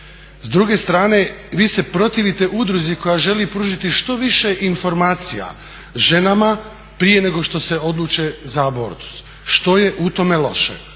S druge strane, vi se protivite udruzi koja želi pružiti što više informacija ženama prije nego što se odluče za abortus. Što je u tome loše